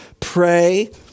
Pray